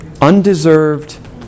Undeserved